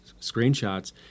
screenshots